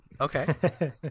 Okay